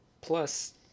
Plus